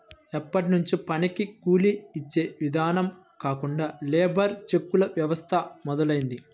ఎప్పట్నుంచో పనికి కూలీ యిచ్చే ఇదానం కాకుండా లేబర్ చెక్కుల వ్యవస్థ మొదలయ్యింది